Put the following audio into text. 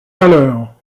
malheurs